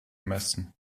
messen